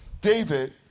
David